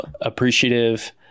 appreciative